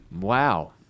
Wow